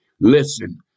Listen